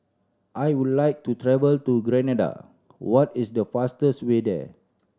I would like to travel to Grenada what is the fastest way there